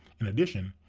in addition,